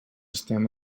estem